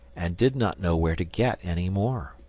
and did not know where to get any more.